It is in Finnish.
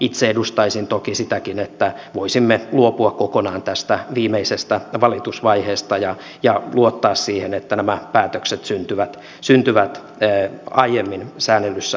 itse edustaisin toki sitäkin että voisimme luopua kokonaan tästä viimeisestä valitusvaiheesta ja luottaa siihen että nämä päätökset syntyvät aiemmin säännellyssä järjestyksessä